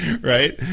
right